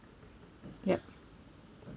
yup